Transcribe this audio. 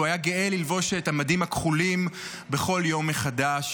שהוא היה גאה ללבוש את המדים הכחולים ביום מחדש,